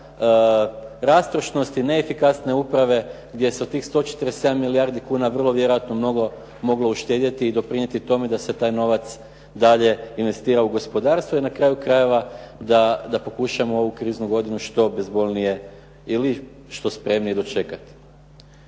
rastrošnosti, neefikasne uprave gdje se od tih 147 milijardi kuna vrlo vjerojatno mnogo moglo uštedjeti i doprinijeti tome da se taj novac dalje investira u gospodarstvo i na kraju krajeva da pokušamo ovu kriznu godinu što bezbolnije ili što spremnije dočekati.